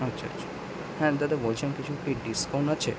আচ্ছা আচ্ছা হ্যাঁ দাদা বলছিলাম কিছু কি ডিসকাউন্ট আছে